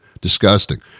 disgusting